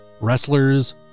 wrestlers